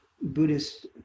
Buddhist